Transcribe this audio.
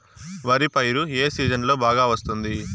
వరి పైరు ఏ సీజన్లలో బాగా వస్తుంది